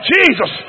Jesus